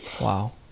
Wow